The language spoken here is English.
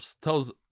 tells